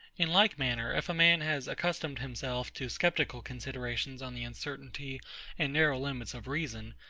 in like manner, if a man has accustomed himself to sceptical considerations on the uncertainty and narrow limits of reason,